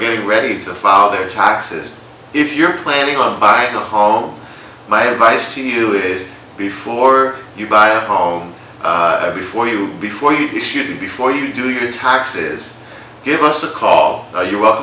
getting ready to file their taxes if you're planning on buying a home my advice to you is before you buy a home before you before you should before you do your taxes give us a call you